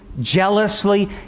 Jealously